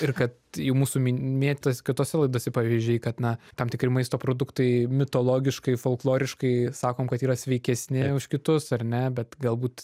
ir kad į mūsų mi mėtos kitose laidose pavyzdžiai kad na tam tikri maisto produktai mitologiškai folkloriškai sakom kad yra sveikesni už kitus ar ne bet galbūt